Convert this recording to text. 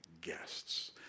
guests